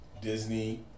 Disney